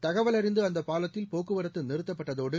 தகவல் அறிந்து அந்த பாலத்தில் போக்குவரத்து நிறுத்தப்பட்டதோடு